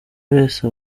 wese